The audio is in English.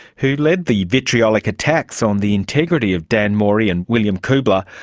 who led the vitriolic attacks on the integrity of dan mori and william kuebler,